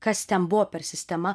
kas ten buvo per sistema